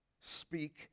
speak